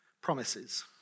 promises